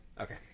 Okay